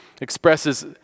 expresses